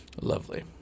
Lovely